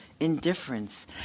indifference